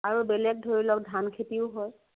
আৰু বেলেগ ধৰি লওক ধান খেতিও হয়